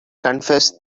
confessed